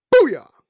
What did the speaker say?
Booyah